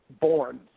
born